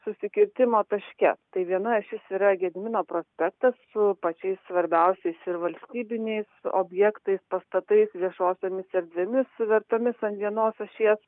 susikirtimo taške tai viena ašis yra gedimino prospektas su pačiais svarbiausiais ir valstybiniais objektais pastatais viešosiomis erdvėmis suvertomis ant vienos ašies